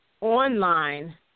online